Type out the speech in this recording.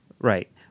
Right